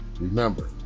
Remember